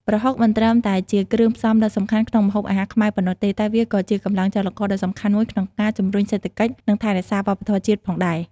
ប្រហុក មិនត្រឹមតែជាគ្រឿងផ្សំដ៏សំខាន់ក្នុងម្ហូបអាហារខ្មែរប៉ុណ្ណោះទេ តែវាក៏ជាកម្លាំងចលករដ៏សំខាន់មួយក្នុងការជំរុញសេដ្ឋកិច្ច និងថែរក្សាវប្បធម៌ជាតិផងដែរ។